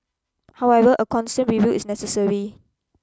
however a constant review is necessary